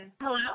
Hello